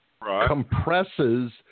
compresses